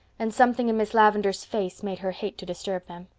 and something in miss lavendar's face made her hate to disturb them.